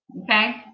Okay